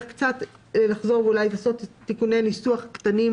קצת לחזור ולעשות תיקוני ניסוח קטנים,